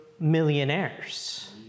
millionaires